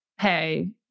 hey